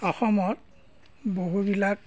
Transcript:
অসমত বহুবিলাক